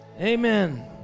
amen